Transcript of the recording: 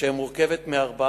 רצוני